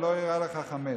"ולא ייראה לך חמץ".